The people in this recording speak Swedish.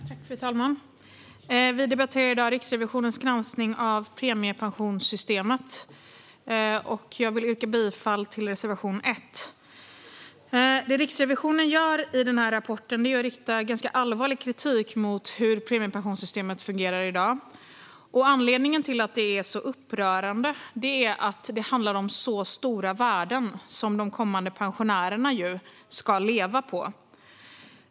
Fru talman! Vi debatterar i dag Riksrevisionens granskning av premiepensionssystemet. Jag yrkar bifall till reservation 1. Riksrevisionen riktar i sin rapport allvarlig kritik mot hur premiepensionssystemet fungerar i dag. Anledningen till att det är upprörande är att det handlar om stora värden som kommande pensionärer ska leva på.